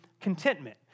contentment